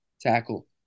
tackle